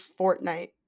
Fortnite